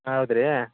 ಹೌದು ರೀ